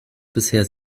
bisher